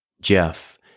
Jeff